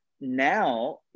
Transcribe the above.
now